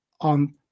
on